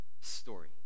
story